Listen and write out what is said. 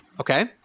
okay